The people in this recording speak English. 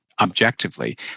objectively